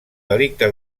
delicte